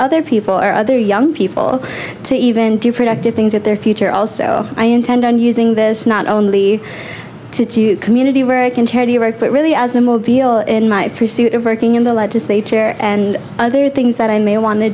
other people or other young people to even do productive things at their future also i intend on using this not only to do community where i can tell you right but really as immobile in my pursuit acting in the legislature and other things that i may want to